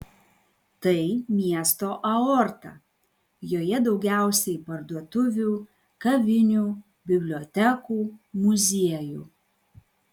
tai miesto aorta joje daugiausiai parduotuvių kavinių bibliotekų muziejų